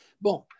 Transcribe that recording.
Bon